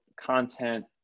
content